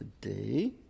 today